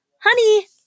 Honey